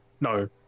No